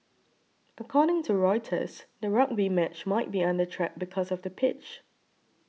according to Reuters the rugby match might be under threat because of the pitch